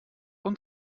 und